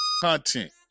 content